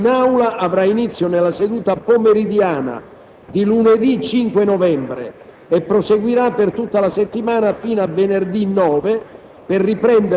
L'esame in Aula avrà inizio nella seduta pomeridiana di lunedì 5 novembre e proseguirà per tutta la settimana fino a venerdì 9,